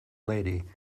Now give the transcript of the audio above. lady